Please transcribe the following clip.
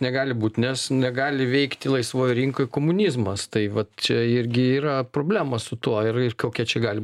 negali būt nes negali veikti laisvoj rinkoj komunizmas tai vat čia irgi yra problema su tuo ir ir kokia čia gali